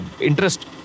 interest